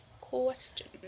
question